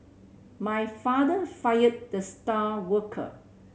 my father fired the star worker